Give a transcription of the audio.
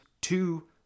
Two